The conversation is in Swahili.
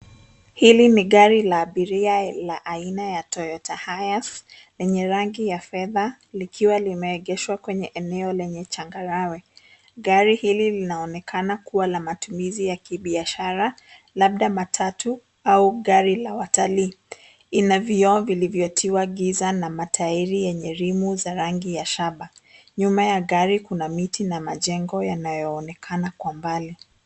Hili ni gari la abiria la aina ya Toyota Hiace lenye rangi ya fedha, likiwa limeegeshwa kwenye eneo lenye changarawe. Gari hili linaonekana kuwa la matumizi ya kibiashara, labda matatu au gari la watalii. Ina vioo vilivyotiwa giza na matairi yenye rimu za rangi ya shaba. Nyuma ya gari kuna miti na majengo yanayoonekana kwa mbali.